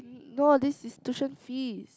no this is tuition fees